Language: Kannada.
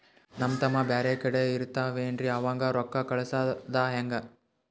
ನಮ್ ತಮ್ಮ ಬ್ಯಾರೆ ಕಡೆ ಇರತಾವೇನ್ರಿ ಅವಂಗ ರೋಕ್ಕ ಕಳಸದ ಹೆಂಗ?